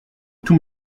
tous